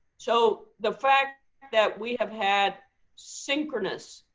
so the fact that we have had synchronous,